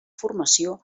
formació